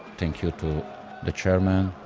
thank you to the chairman,